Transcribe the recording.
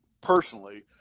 personally